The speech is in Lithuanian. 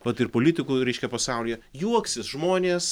vat ir politikų reiškia pasaulyje juoksis žmonės